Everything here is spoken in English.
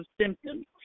symptoms